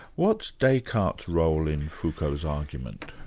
what's descartes' role in foucault's argument?